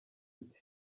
uti